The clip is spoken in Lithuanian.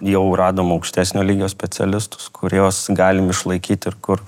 jau radom aukštesnio lygio specialistus kuriuos galim išlaikyti ir kur